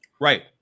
Right